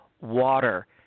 water